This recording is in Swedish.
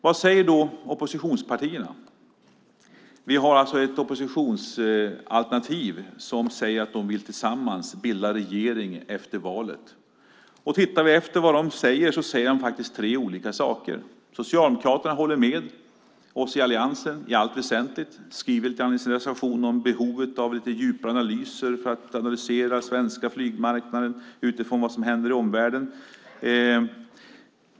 Vad säger då oppositionspartierna? Vi har ett oppositionsalternativ som säger att de tillsammans vill bilda regering efter valet. Läser vi vad de säger ser vi att de säger tre olika saker. Socialdemokraterna håller med oss i Alliansen i allt väsentligt. De skriver lite grann i sin reservation om behovet av lite djupare analyser för att analysera den svenska flygmarknaden utifrån vad som händer i omvärlden.